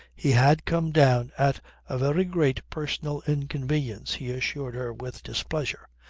he had come down at a very great personal inconvenience, he assured her with displeasure,